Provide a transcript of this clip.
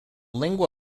lingua